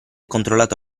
controllato